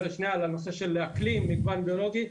לנושא האקלים ומגוון ביולוגי,